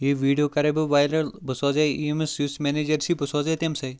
یہِ ویٖڈیو کَرَے بہٕ وایرل بہٕ سوزَے ییٚمِس یُس مٮ۪نیجَر چھی بہٕ سوزَے تٔمۍسٕے